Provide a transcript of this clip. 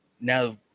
now